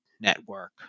Network